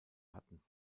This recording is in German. hatten